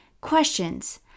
questions